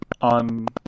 on